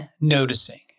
noticing